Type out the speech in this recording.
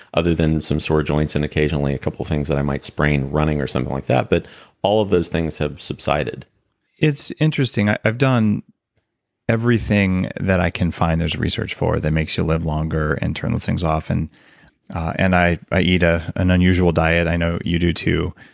other than some sore joints and occasionally a couple of things that i might sprain running, or something like that, but all of those things have subsided it's interesting. i've done everything that i can find there's research for that makes you live longer and turn those things off. and and i i eat ah an unusual diet. i know you do, too.